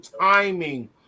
timing